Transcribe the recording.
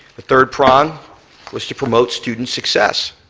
the third prong was to promote student success.